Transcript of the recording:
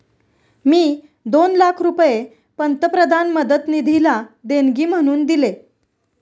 मी दोन लाख रुपये पंतप्रधान मदत निधीला देणगी म्हणून दिले